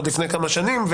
עוד לפני כמה שנים,